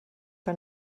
que